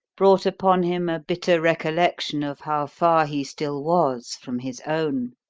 brought upon him a bitter recollection of how far he still was from his own.